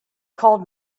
called